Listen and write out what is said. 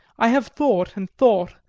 i have thought and thought,